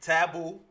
Taboo